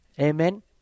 Amen